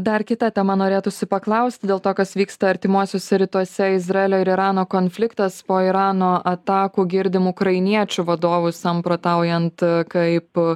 dar kita tema norėtųsi paklausti dėl to kas vyksta artimuosiuose rytuose izraelio ir irano konfliktas po irano atakų girdim ukrainiečių vadovus samprotaujant kaip